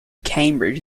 cambridge